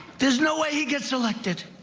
there is no way he gets elected.